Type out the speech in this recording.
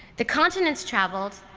the continents travelled,